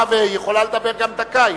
עכשיו היא יכולה לדבר גם דקה,